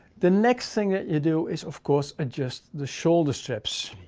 the next thing that you do is of course. adjust the shoulder straps.